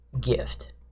gift